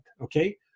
Okay